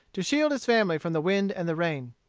to shield his family from the wind and the rain.